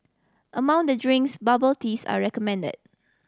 among the drinks bubble teas are recommended